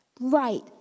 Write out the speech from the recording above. right